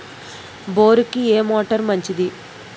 బోరుకి ఏ మోటారు మంచిది?